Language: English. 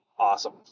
Awesome